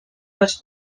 les